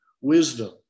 wisdom